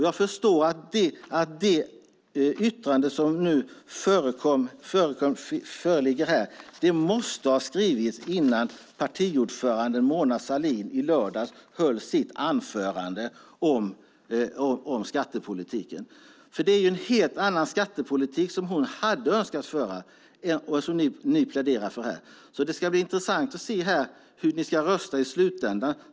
Jag förstår att det yttrande som nu föreligger måste ha skrivits innan partiordförande Mona Sahlin i lördags höll sitt anförande om skattepolitiken. Det är en helt annan skattepolitik hon hade önskat föra än den ni pläderar för här. Det ska bli intressant att se hur ni ska rösta i slutändan.